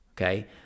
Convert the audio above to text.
Okay